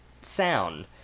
sound